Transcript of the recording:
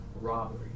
robbery